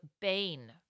Bane